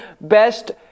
best